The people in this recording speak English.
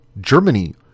Germany